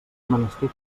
menester